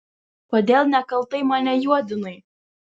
kodėl nekaltai mane juodinai